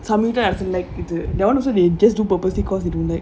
samyuktha doesn't like the that [one] they just do purposely because they don't like